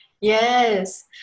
Yes